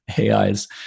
AIs